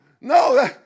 no